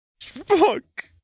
Fuck